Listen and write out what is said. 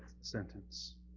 sentence